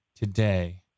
Today